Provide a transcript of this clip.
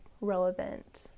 relevant